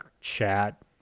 chat